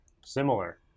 Similar